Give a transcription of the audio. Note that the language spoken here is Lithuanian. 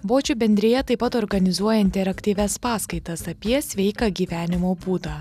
bočių bendrija taip pat organizuoja interaktyvias paskaitas apie sveiką gyvenimo būdą